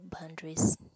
boundaries